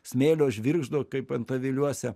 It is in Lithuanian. smėlio žvirgždo kaip antaviliuose